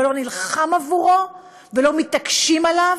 אבל לא נלחם עבורו ולא מתעקש עליו.